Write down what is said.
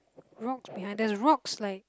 rock behind the rocks like